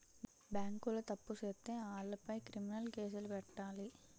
బేంకోలు తప్పు సేత్తే ఆలపై క్రిమినలు కేసులు పెట్టాలి